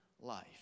life